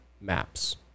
Maps